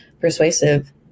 persuasive